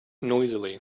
noisily